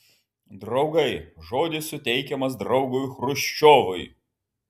draugai žodis suteikiamas draugui chruščiovui